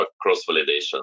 cross-validation